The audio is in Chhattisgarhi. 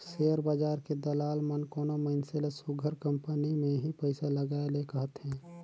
सेयर बजार के दलाल मन कोनो मइनसे ल सुग्घर कंपनी में ही पइसा लगाए ले कहथें